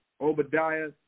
Obadiah